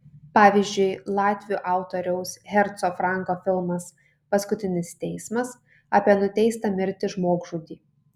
pavyzdžiui latvių autoriaus herco franko filmas paskutinis teismas apie nuteistą mirti žmogžudį